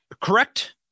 correct